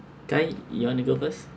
kyrie you want to go first